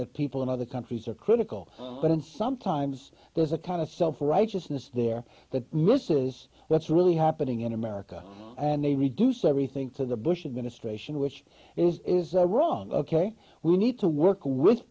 that people in other countries are critical but in sometimes there's a kind of self righteousness there that misses that's really happening in america and they reduce everything to the bush administration which is wrong ok we need to work with